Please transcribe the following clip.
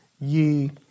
ye